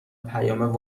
پیام